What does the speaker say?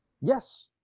Yes